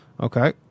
Okay